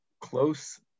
close